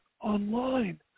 online